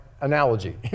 analogy